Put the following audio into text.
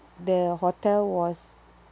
the hotel was